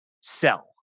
sell